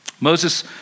Moses